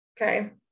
okay